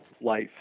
life